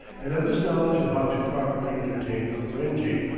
and of his knowledge of how to properly entertain a ferenghi.